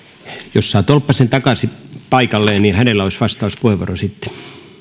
jos saan tolppasen takaisin paikalleen niin hänellä olisi vastauspuheenvuoro sitten